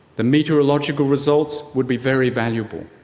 the meteorological results would be very valuable,